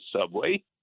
subway